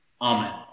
Amen